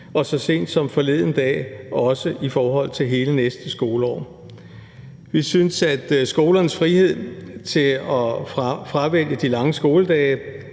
og så sent som forleden dag også i forhold til hele næste skoleår. Vi synes, at skolernes frihed til at fravælge de lange skoledage